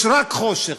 יש רק חושך.